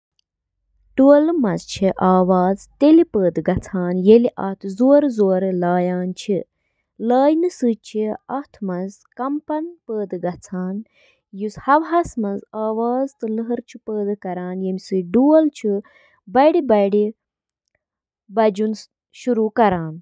Washing machine چھِ washer کہِ ناوٕ سۭتۍ تہِ زاننہٕ یِوان سۄ مِشیٖن یۄس گنٛدٕ پَلو چھِ واتناوان۔ اَتھ منٛز چھِ اکھ بیرل یَتھ منٛز پلو چھِ تھاونہٕ یِوان۔